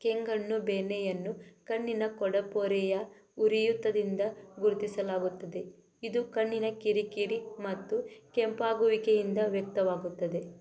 ಕೆಂಗಣ್ಣು ಬೇನೆಯನ್ನು ಕಣ್ಣಿನ ಕೂಡುಪೊರೆಯ ಉರಿಯೂತದಿಂದ ಗುರುತಿಸಲಾಗುತ್ತದೆ ಇದು ಕಣ್ಣಿನ ಕಿರಿಕಿರಿ ಮತ್ತು ಕೆಂಪಾಗುವಿಕೆಯಿಂದ ವ್ಯಕ್ತವಾಗುತ್ತದೆ